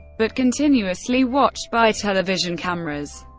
but continuously watched by television cameras.